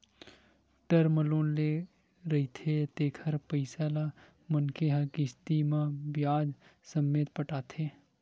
term loan ले रहिथे तेखर पइसा ल मनखे ह किस्ती म बियाज ससमेत पटाथे